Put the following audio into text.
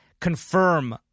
confirm